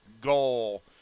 goal